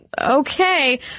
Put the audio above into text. okay